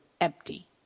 empty